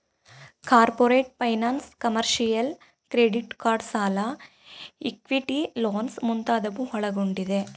corporate finance, commercial, credit card ಸಾಲ, equity loans ಮುಂತಾದವು ಒಳಗೊಂಡಿದೆ